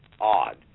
odd